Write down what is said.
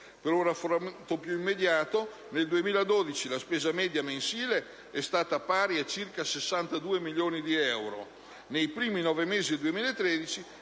Per un raffronto più immediato, nel 2012 la spesa media mensile è stata pari a circa 62 milioni; nei